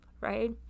right